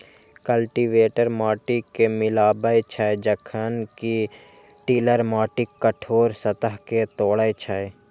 cultivator माटि कें मिलाबै छै, जखन कि टिलर माटिक कठोर सतह कें तोड़ै छै